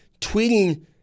tweeting